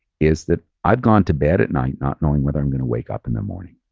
is that i've gone to bed at night not knowing whether i'm going to wake up in the morning.